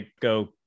go